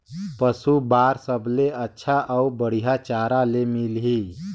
पशु बार सबले अच्छा अउ बढ़िया चारा ले मिलही?